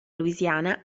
louisiana